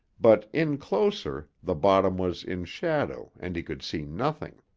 but in closer the bottom was in shadow and he could see nothing.